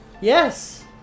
Yes